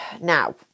Now